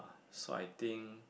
so I think